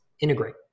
integrate